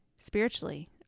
Spiritually